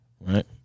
right